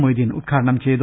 മൊയ്തീൻ ഉദ്ഘാടനം ചെയ്തു